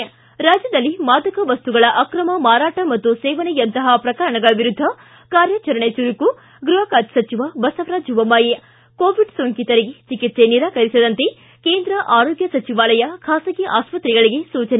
ಿ ರಾಜ್ಯದಲ್ಲಿ ಮಾದಕ ವಸ್ತುಗಳ ಅಕ್ರಮ ಮಾರಾಟ ಮತ್ತು ಸೇವನೆಯಂತಹ ಪ್ರಕರಣಗಳ ವಿರುದ್ದ ಕಾರ್ಯಾಚರಣೆ ಚುರುಕು ಗ್ಬಹ ಖಾತೆ ಸಚಿವ ಬಸವರಾಜ ಬೊಮ್ಬಾಯಿ ಕೊ ಕೋವಿಡ್ ಸೋಂಕಿತರಿಗೆ ಚಿಕಿತ್ಸೆ ನಿರಾಕರಿಸದಂತೆ ಕೇಂದ್ರ ಆರೋಗ್ಯ ಸಚಿವಾಲಯ ಖಾಸಗಿ ಆಸ್ಪತ್ರೆಗಳಿಗೆ ಸೂಚನೆ